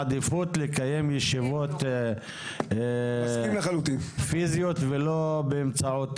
עדיפות לקיים ישיבות פיזיות ולא באמצעות